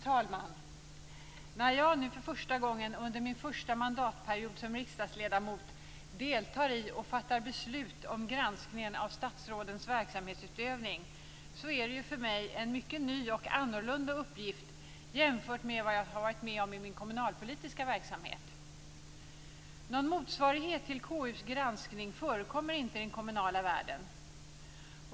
Fru talman! När jag nu för första gången under min första mandatperiod som riksdagsledamot deltar i och fattar beslut om granskningen av statsrådens verksamhetsutövning är det för mig en ny och mycket annorlunda uppgift jämfört med vad jag varit med om i min kommunalpolitiska verksamhet. Någon motsvarighet till KU:s granskning förekommer inte i den kommunala världen.